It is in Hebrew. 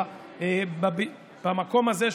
במקום הזה,